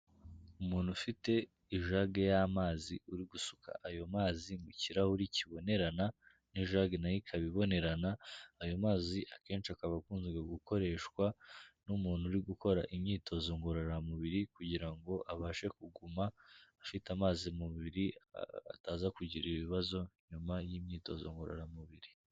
Umuntu ufite ijage y'amazi uri gusuka ayo mazi mu kirahuri kibonerana n'ijage nayo ikaba ibonerana, ayo mazi akenshi akaba akunda gukoreshwa n'umuntu uri gukora imyitozo ngororamubiri kugira ngo abashe kuguma afite amazi mu mubiri, ataza kugira ibibazo nyuma y'imyitozo ngororamubiri.